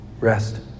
rest